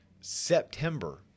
September